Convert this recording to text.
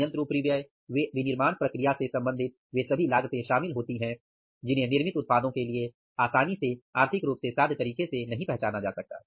संयंत्र उपरिव्यय में विनिर्माण प्रक्रिया से संबंधित वे सभी लागते शामिल होती हैं जिन्हें निर्मित उत्पादों के लिए आसानी से आर्थिक रूप से साध्य तरीके से नहीं पहचाना जा सकता